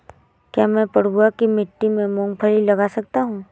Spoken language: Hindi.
क्या मैं पडुआ की मिट्टी में मूँगफली लगा सकता हूँ?